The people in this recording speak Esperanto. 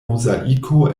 mozaiko